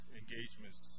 engagements